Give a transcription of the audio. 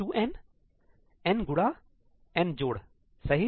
2n n गुणा n जोड़सही